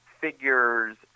figures